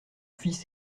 fils